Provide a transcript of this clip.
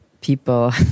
people